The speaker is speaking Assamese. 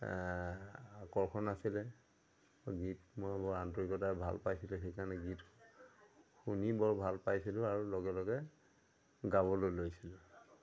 আকৰ্ষণ আছিলে গীত মই বৰ আন্তৰিকতাৰ ভাল পাইছিলোঁ সেইকাৰণে গীত শুনি বৰ ভাল পাইছিলোঁ আৰু লগে লগে গাবলৈ লৈছিলোঁ